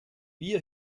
wir